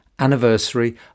anniversary